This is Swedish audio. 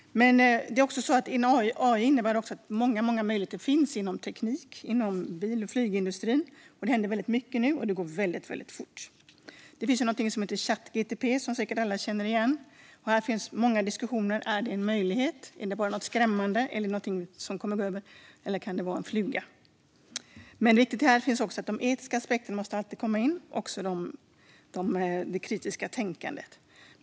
AI innebär också att många möjligheter finns inom teknik och bil och flygindustrin. Det händer väldigt mycket nu, och det går väldigt fort. Det finns något som heter Chat GTP, som säkert alla känner igen. Här finns många diskussioner. Är det en möjlighet? Är det bara något skrämmande, eller kan det vara en fluga? Det är viktigt att de etiska aspekterna alltid kommer med och också det kritiska tänkandet.